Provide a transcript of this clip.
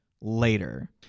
later